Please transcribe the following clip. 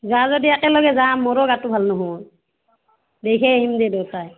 যাৱ যদি একেলগে যাম মোৰো গাটো ভাল নহয় দেখাই আহিমগৈ দুয়োটাই